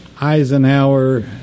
eisenhower